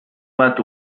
bat